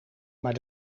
maar